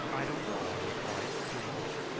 i don't know, i replied dreamily.